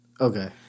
Okay